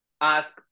ask